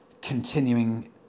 continuing